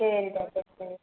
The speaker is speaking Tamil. சரி டாக்டர் சரி